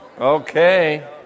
Okay